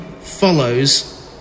follows